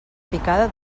picada